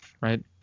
right